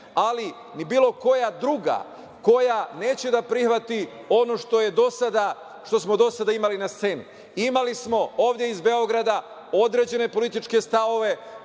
ali ni bilo koja druga koja neće da prihvati ono što smo do sada imali na sceni. Imali smo ovde iz Beograda određene političke stavove